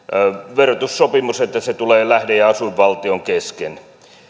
verotussopimus että se tulee lähde ja asuinvaltion kesken